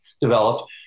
developed